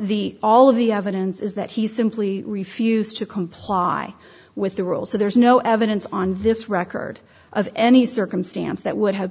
the all of the evidence is that he simply refused to comply with the rules so there is no evidence on this record of any circumstance that would have